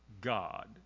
God